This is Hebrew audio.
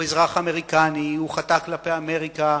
הוא אזרח אמריקני, הוא חטא כלפי אמריקה,